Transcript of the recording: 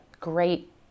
great